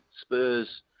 Spurs